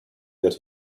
that